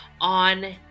on